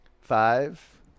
Five